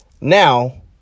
now